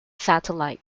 satellite